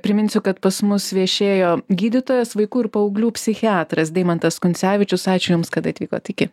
priminsiu kad pas mus viešėjo gydytojas vaikų ir paauglių psichiatras deimantas kuncevičius ačiū jums kad atvykote iki